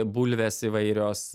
bulvės įvairios